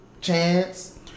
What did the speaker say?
Chance